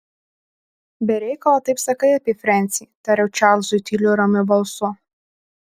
be reikalo taip sakai apie frensį tariau čarlzui tyliu ramiu balsu